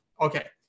Okay